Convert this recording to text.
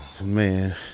Man